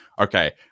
okay